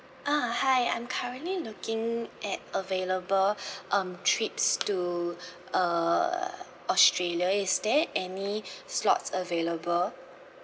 ah hi I'm currently looking at available um trips to uh australia is there any slots available